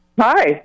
Hi